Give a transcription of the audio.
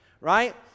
right